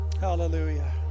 Hallelujah